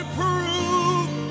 prove